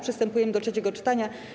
Przystępujemy do trzeciego czytania.